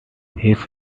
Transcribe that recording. his